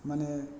माने